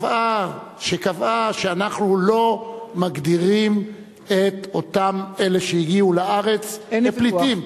שקבעה שאנחנו לא מגדירים את אותם אלה שהגיעו לארץ כפליטים,